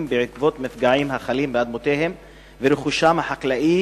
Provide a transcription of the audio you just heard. בעקבות מפגעים החלים באדמותיהם וברכושם החקלאי,